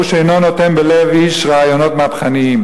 שאינו נותן בלב איש רעיונות מהפכניים,